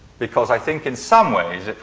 because i think in some ways,